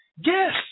Yes